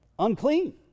Unclean